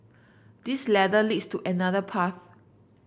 this ladder leads to another path